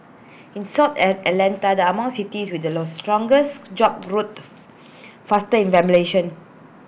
in south Atlanta are among cities with the low strongest job growth faster